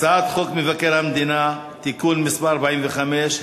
הצעת חוק מבקר המדינה (תיקון מס' 45),